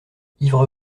ivre